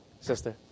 Sister